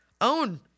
own